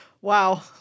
Wow